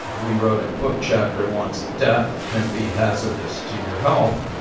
we wrote a book chapter once, death can be hazardous to your health,